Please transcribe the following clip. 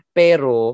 pero